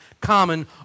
common